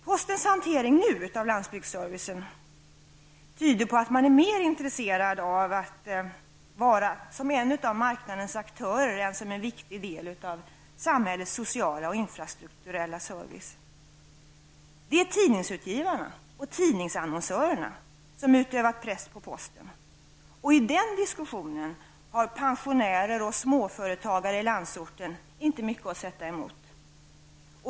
Postens hantering av landsbygdsservicen tyder på att man är mer intresserad av att vara en av marknadens aktörer än att vara en viktig del av samhällets sociala och infrastrukturella service. Det är tidningsutgivarna och tidningsannonsörerna som utövar press på posten. Och i den diskussionen har pensionärer och småföretagare i landsorten inte mycket att sätta emot.